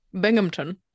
Binghamton